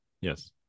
Yes